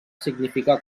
significà